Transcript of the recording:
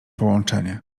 połączenie